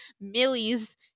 millies